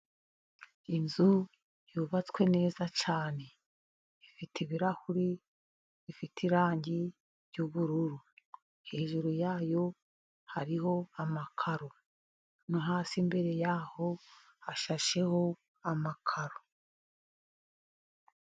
Inzu yubatswe neza cyane, ifite ibirahuri bifite irangi ry'ubururu, hejuru yayo hariho amakaro, no hasi imbere yaho hashasheho amakaro.